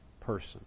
person